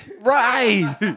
Right